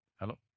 hello